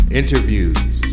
interviews